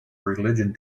religion